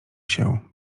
się